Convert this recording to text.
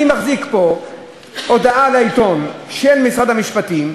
אני מחזיק פה הודעה לעיתונות של משרד המשפטים.